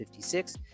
56